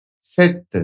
set